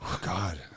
God